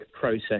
process